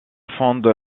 fonde